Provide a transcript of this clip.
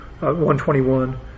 1.21